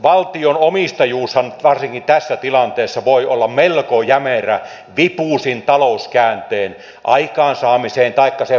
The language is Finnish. valtionomistajuushan varsinkin tässä tilanteessa voi olla melko jämerä vipu siihen talouskäänteen aikaansaamiseen taikka sen vauhdittamiseenkin